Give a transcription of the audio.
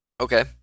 Okay